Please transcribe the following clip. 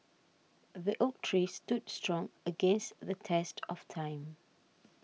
the oak tree stood strong against the test of time